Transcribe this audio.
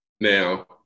Now